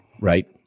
Right